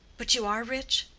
but you are rich?